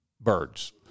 birds